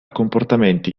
comportamenti